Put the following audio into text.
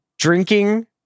drinking